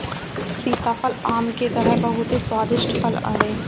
सीताफल आम के तरह बहुते स्वादिष्ट फल हवे